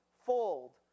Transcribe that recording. fold